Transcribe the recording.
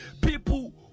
people